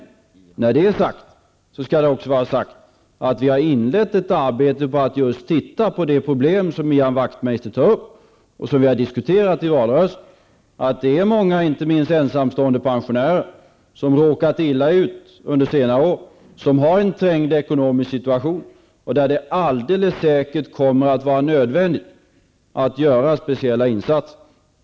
Det skall då också sägas att vi har inlett ett arbete med att titta just på de problem som Ian Wachtmeister tar upp och som vi diskuterade i valrörelsen. Det är många, inte minst ensamstående pensionärer, som har råkat illa ut under senare år, som har en trängd ekonomisk situation och för vilka det alldeles säkert kommer att vara nödvändigt att göra speciella insatser.